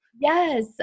Yes